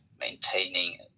maintaining